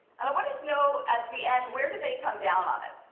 and i wanted to know at the end where did they come down on it?